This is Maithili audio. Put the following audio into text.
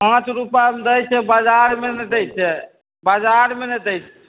पॉंच रुपएमे दै छै बजारमे ने दै छै बाजारमे ने दै छै